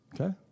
Okay